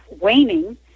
waning